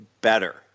better